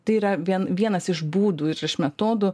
tai yra vien vienas iš būdų ir metodų